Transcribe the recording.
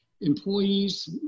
employees